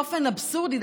באופן אבסורדי,